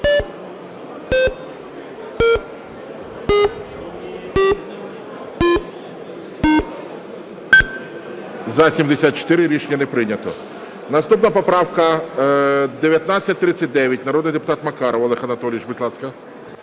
За-74 Рішення не прийнято. Наступна поправка 1939, народний депутат Макаров Олег Анатолійович, будь ласка.